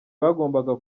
bagombaga